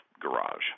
garage